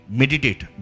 meditate